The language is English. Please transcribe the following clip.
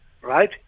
right